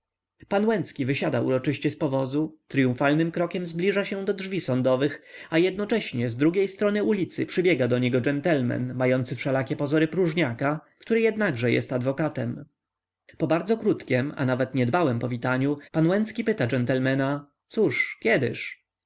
pan łęcki wysiada uroczyście z powozu tryumfalnym krokiem zbliża się do drzwi sądowych a jednocześnie z drugiej strony ulicy przybiega do niego dżentelmen mający wszelakie pozory próżniaka który jednakże jest adwokatem po bardzo krótkiem a nawet niedbałem powitaniu pan łęcki pyta dżentelmena cóż kiedyż